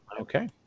Okay